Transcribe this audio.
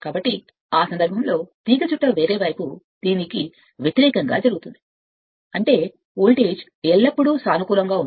కాబట్టి ఆ సందర్భంలో వ్యతిరేకంగా జరుగుతుంది తీగచుట్ట వేరే వైపు వైపు కూడా జరుగుతుంది అంటే వోల్టేజ్ ఎల్లప్పుడూ ఎల్లప్పుడూ సానుకూలంగా ఉంటుంది